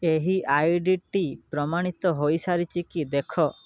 ଏହି ଆଇଡ଼ିଟି ପ୍ରମାଣିତ ହେଇସାରିଛି କି ଦେଖ